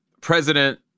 President